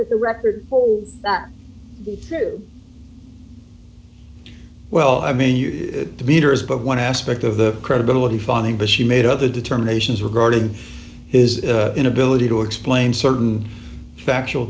that the record that the well i mean the meter is but one aspect of the credibility finding but she made other determinations regarding his inability to explain certain factual